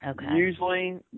Usually –